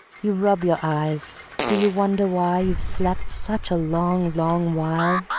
you rub your eyes do you wonder why you've slept such a long, long while?